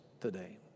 today